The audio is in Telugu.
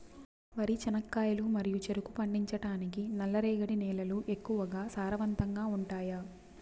వరి, చెనక్కాయలు మరియు చెరుకు పండించటానికి నల్లరేగడి నేలలు ఎక్కువగా సారవంతంగా ఉంటాయా?